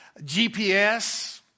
GPS